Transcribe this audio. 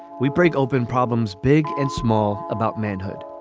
we break open problems big and small about manhood